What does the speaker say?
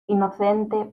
inocente